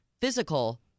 physical